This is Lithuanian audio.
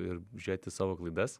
ir žiūrėt į savo klaidas